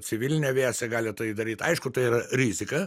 civilinė aviacija gali tai daryt aišku tai yra rizika